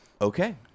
Okay